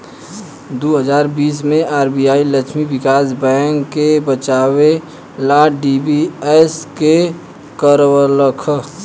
दू हज़ार बीस मे आर.बी.आई लक्ष्मी विकास बैंक के बचावे ला डी.बी.एस.के करलख